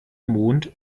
mond